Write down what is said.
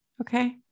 Okay